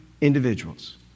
individuals